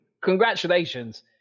Congratulations